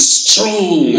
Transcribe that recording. strong